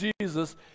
jesus